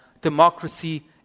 democracy